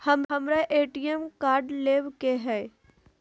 हमारा ATM card लेव के हई